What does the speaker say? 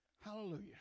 Hallelujah